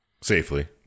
Safely